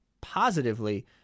positively